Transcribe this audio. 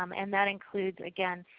um and that includes again,